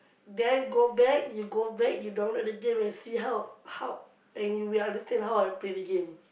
then go back you go back you download the game and see how how and you will understand how I play the game